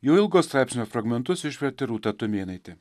jo ilgo straipsnio fragmentus išvertė rūta tumėnaitė